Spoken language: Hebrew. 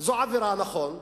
זו עבירה, נכון,